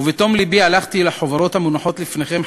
ובתום לבי הלכתי אל החוברות המונחות לפניכם,